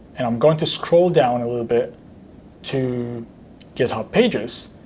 and i'm going to scroll down a little bit to github pages.